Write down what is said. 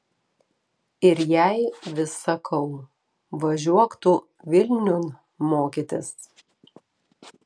ir jai vis sakau važiuok tu vilniun mokytis